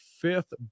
fifth